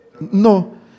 No